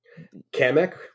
Kamek